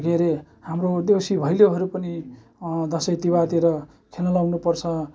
के अरे हाम्रो देउसी भैलोहरू पनि दसैँ तिहारतिर खेल्न लगाउनुपर्छ